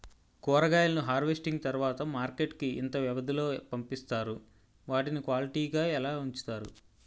కూరగాయలను హార్వెస్టింగ్ తర్వాత మార్కెట్ కి ఇంత వ్యవది లొ పంపిస్తారు? వాటిని క్వాలిటీ గా ఎలా వుంచుతారు?